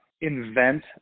invent